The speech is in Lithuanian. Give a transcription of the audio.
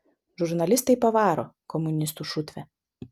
žurnalistai pavaro komunistų šutvė